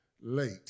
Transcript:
late